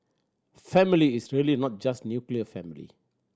family is really not just nuclear family